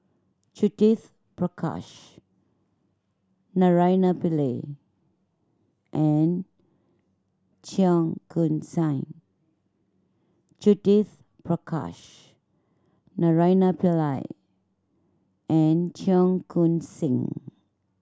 Judith Prakash Naraina Pillai and Cheong Koon Seng